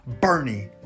Bernie